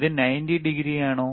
ഇത് 90 ഡിഗ്രിയാണോ